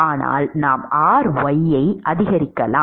ஆனால் நாம் ry ஐ அதிகரிக்கலாம்